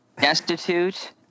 destitute